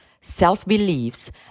self-beliefs